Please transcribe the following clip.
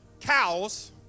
cows